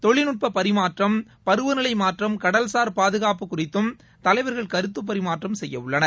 தொழில்நுட்பப் பரிமாற்றம் பருவநிலை மாற்றம் கடல்சார் பாதுகாப்பு குறித்தும் தலைவர்கள் கருத்துப் பரிமாற்றம் செய்யவுள்ளனர்